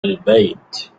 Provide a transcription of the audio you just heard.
البيت